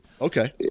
Okay